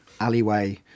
alleyway